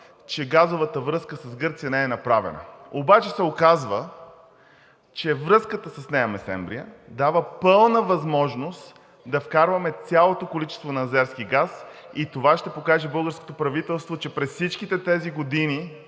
– газовата връзка с Гърция не е направена. Обаче се оказва, че връзката с Нея Месемврия, дава пълна възможност да вкарваме цялото количество азерски газ и това ще покаже българското правителство – че през всичките тези години